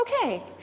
Okay